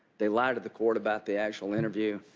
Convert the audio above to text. they lie to the court about the actual interview.